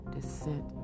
descent